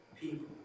people